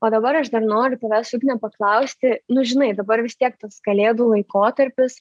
o dabar aš dar noriu tavęs ugne paklausti nu žinai dabar vis tiek tas kalėdų laikotarpis